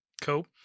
cool